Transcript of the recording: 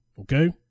Okay